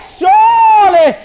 surely